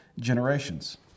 generations